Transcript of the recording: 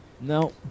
No